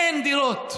אין דירות.